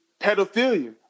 pedophilia